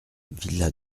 villa